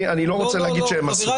אני לא רוצה להגיד שהם עשו.